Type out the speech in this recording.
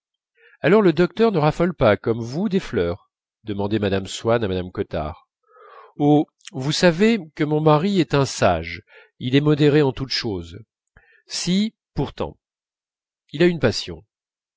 alors le docteur ne raffole pas comme vous des fleurs demandait mme swann à mme cottard oh vous savez que mon mari est un sage il est modéré en toutes choses si pourtant il a une passion